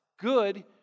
good